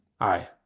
Aye